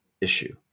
issue